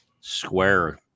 square